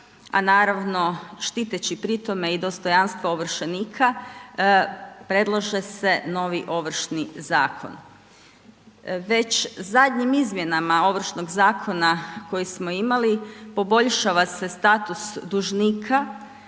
a naravno štiteći pri tome dostojanstvo ovršenika, predlaže se novi Ovršni zakon. Već zadnjim izmjenama Ovršnog zakona koji smo imali poboljšava se status dužnika